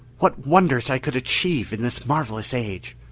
what wonders i could achieve in this marvelous age!